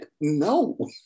No